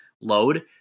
load